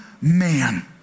man